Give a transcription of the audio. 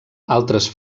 altres